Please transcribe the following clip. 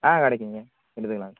ஆ கிடைக்குங்க எடுத்துக்கலாம்